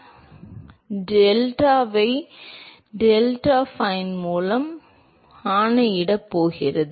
எனவே திரவத்தின் பண்புகள் இப்போது டெல்டாவை டெல்டா ஃபைன் மூலம் ஆணையிடப் போகிறது